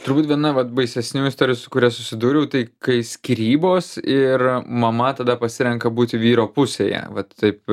turbūt viena vat baisesnių istorijų su kuria susidūriau tai kai skyrybos ir mama tada pasirenka būt vyro pusėje vat taip